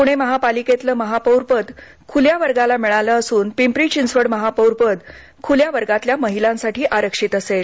पुणे महापालिकेतलं महापौरपद खुल्या वर्गाला मिळालं असून पिंपरी चिंचवड महापौरपद खुल्या वर्गातल्या महिलांसाठी आरक्षित असेल